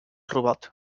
robot